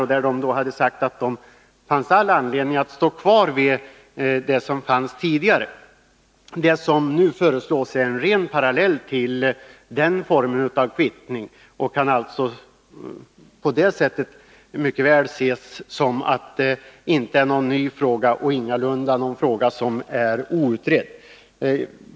Pensionskommittén hade då sagt att det fanns all anledning att stå fast vid det som gällde tidigare. Vad som nu föreslås är en ren parallell till den formen av kvittning, och man kan alltså mycket väl se det så, att det inte är någon ny fråga — och ingalunda någon fråga som är outredd.